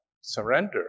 surrender